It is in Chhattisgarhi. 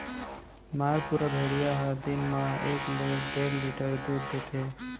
मालपुरा भेड़िया ह दिन म एकले डेढ़ लीटर दूद देथे